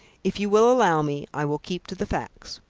if you will allow me, i will keep to the facts.